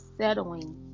settling